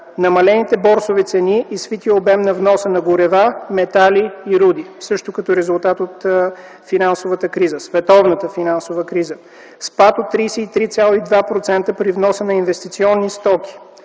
Намалените борсови цени и свитият обем на вноса на горива, метали и руди, също са резултат от световната финансова криза. Има спад от 33,2% при вноса на инвестиционни стоки,